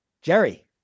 jerry